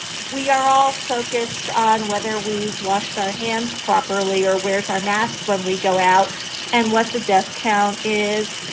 we are all focused on whether we've washed our hands properly or wears our mask when we go out and what the death count is,